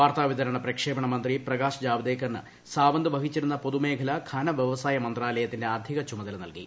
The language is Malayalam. വാർത്താവിതരണ പ്രക്ഷേപണ മന്ത്രി പ്രകാശ് ജാല്പ്ദേക്കറിന് സാവന്ത് വഹിച്ചിരുന്ന പൊതുമേഖലാ ഘന വൃവ്വസ്ടായി മന്ത്രാലയത്തിന്റെ അധിക ചുമതല നൽകി